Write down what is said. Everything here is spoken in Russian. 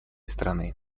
страны